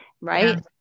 Right